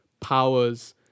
powers